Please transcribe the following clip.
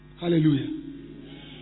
Hallelujah